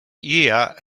year